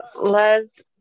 Les